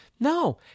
No